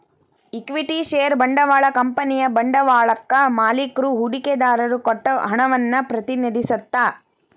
equity ಷೇರ ಬಂಡವಾಳ ಕಂಪನಿಯ ಬಂಡವಾಳಕ್ಕಾ ಮಾಲಿಕ್ರು ಹೂಡಿಕೆದಾರರು ಕೊಟ್ಟ ಹಣವನ್ನ ಪ್ರತಿನಿಧಿಸತ್ತ